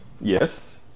yes